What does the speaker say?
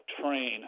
train